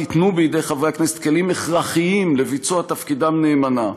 ייתנו בידי חברי הכנסת כלים הכרחיים לביצוע תפקידם נאמנה,